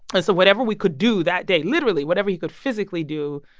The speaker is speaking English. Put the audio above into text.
and so whatever we could do that day literally whatever he could physically do,